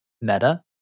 meta